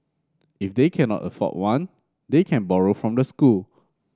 if they cannot afford one they can borrow from the school